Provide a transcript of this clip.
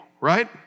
right